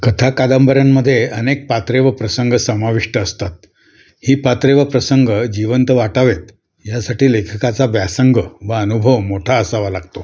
कथा कादंबऱ्यांमध्ये अनेक पात्रे व प्रसंग समाविष्ट असतात ही पात्रे व प्रसंग जिवंत वाटावेत यासाठी लेखकाचा व्यासंग व अनुभव मोठा असावा लागतो